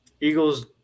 Eagles